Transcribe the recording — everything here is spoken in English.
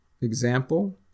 Example